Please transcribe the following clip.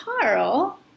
Carl